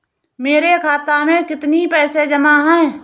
मेरे खाता में कितनी पैसे जमा हैं?